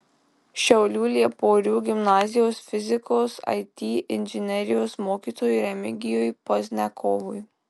šiaulių lieporių gimnazijos fizikos it inžinerijos mokytojui remigijui pozniakovui